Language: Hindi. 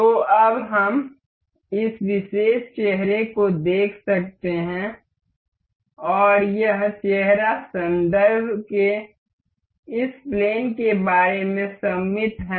तो अब हम इस विशेष चेहरे को देख सकते हैं और यह चेहरा संदर्भ के इस प्लेन के बारे में सममित है